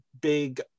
big